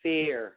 Fear